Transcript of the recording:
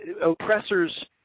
oppressors